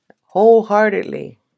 wholeheartedly